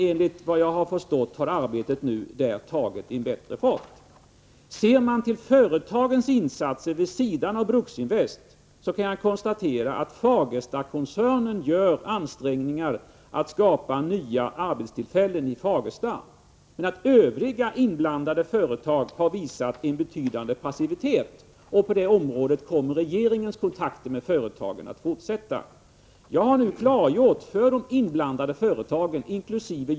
Enligt vad jag förstått har arbetet nu tagit bättre fart. Ser man till företagens insatser vid sidan av Bruksinvest kan man konstatera att Fagerstakoncernen gör ansträngningar för att skapa nya arbetstillfällen i Fagersta. Övriga inblandade företag har dock visat betydande passivitet. Regeringens kontakter med företagen kommer att fortsätta. Jag har nu klargjort för de inblandade företagen, inkl.